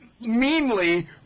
Meanly